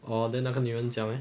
orh then 那个女人怎样 leh